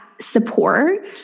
support